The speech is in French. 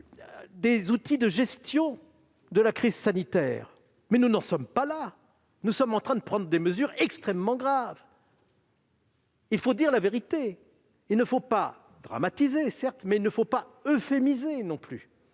nos outils de gestion de la crise sanitaire »... Nous n'en sommes plus là ! Nous sommes en train de prendre des mesures extrêmement graves. Il faut dire la vérité, ne pas dramatiser, certes, mais ne pas sombrer dans l'euphémisme non plus.